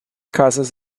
causes